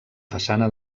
façana